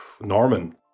Norman